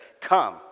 come